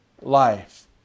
life